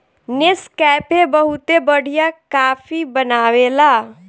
Nescafe बहुते बढ़िया coffee बनावेला